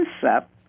concept